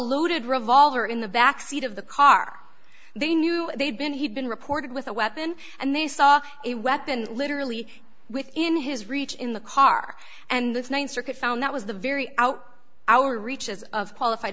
loaded revolver in the backseat of the car they knew they'd been he'd been reported with a weapon and they saw a weapon literally within his reach in the car and this th circuit found that was the very out our reaches of qualified